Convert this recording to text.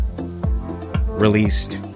released